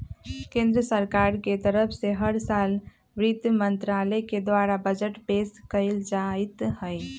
केन्द्र सरकार के तरफ से हर साल वित्त मन्त्रालय के द्वारा बजट पेश कइल जाईत हई